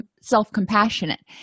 self-compassionate